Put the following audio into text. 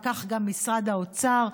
וכך גם משרד האוצר.